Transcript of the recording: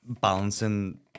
balancing